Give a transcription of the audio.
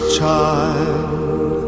child